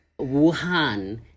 Wuhan